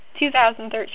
2013